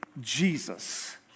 Jesus